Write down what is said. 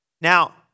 Now